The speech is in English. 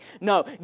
No